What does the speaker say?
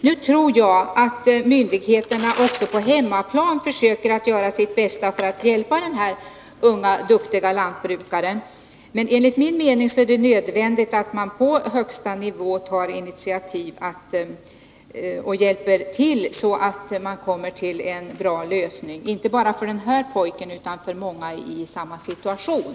Nu tror jag att myndigheterna på hemmaplan försöker göra sitt bästa för att hjälpa den här unga duktiga lantbrukaren, men enligt min mening är det nödvändigt att man på högsta nivå tar initiativ och hjälper till att komma till en bra lösning, inte bara för den här pojken utan för många i samma situation.